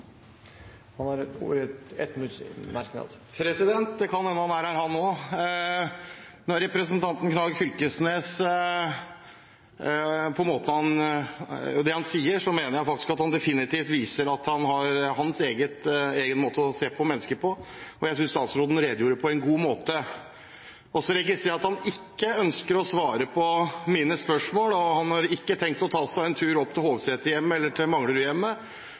Han er her, han òg. Når representanten Knag Fylkesnes sier det han sier, mener jeg faktisk at han definitivt viser sin egen måte å se på mennesker på. Jeg synes statsråden redegjorde på en god måte. Så registrerer jeg at han ikke ønsker å svare på mine spørsmål og at han ikke har tenkt å ta seg en tur opp til Hovseterhjemmet eller til